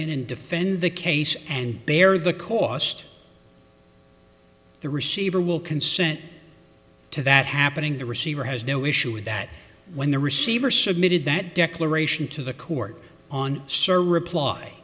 in and defend the case and bear the cost the receiver will consent to that happening the receiver has no issue with that when the receiver submitted that declaration to the court on certain reply